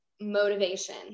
motivation